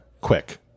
quick